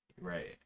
Right